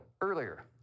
earlier